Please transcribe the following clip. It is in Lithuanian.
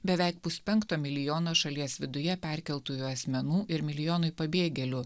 beveik puspenkto milijono šalies viduje perkeltųjų asmenų ir milijonui pabėgėlių